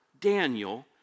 Daniel